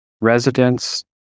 residents